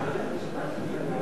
התשע"א 2011,